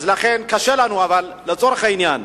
לכן קשה לנו, אבל לצורך העניין: